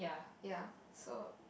ya so